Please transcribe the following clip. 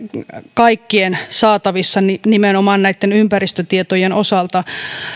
kaikkien saatavilla nimenomaan näitten ympäristötietojen osalta